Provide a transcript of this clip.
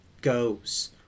goes